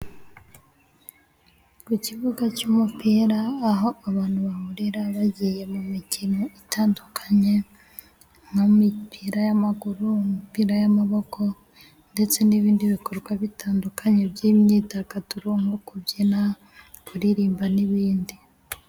Ku kibuga cy'umupira, aho abantu bahurira bagiye mu mikino itandukanye , nk'imipira y'amagurupira ,imipira y'amaboko ndetse n'ibindi bikorwa bitandukanye by'imyidagaduro ,nko kubyina, kuririmba n'ibindi.